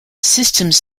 systems